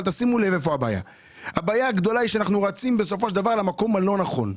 אבל הבעיה הגדולה היא שרצים למקום הלא נכון.